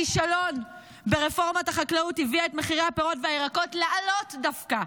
הכישלון ברפורמת החקלאות הביאה את מחירי הפירות והירקות לעלות דווקא,